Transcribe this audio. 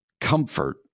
comfort